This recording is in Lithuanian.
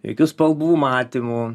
jokių spalvų matymų